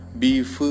beef